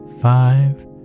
five